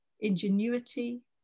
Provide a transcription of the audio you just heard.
ingenuity